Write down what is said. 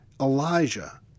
Elijah